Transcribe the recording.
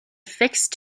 fixed